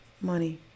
Money